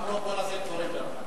גם לא כל הסקטורים, דרך אגב.